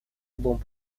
бомб